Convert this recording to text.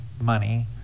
money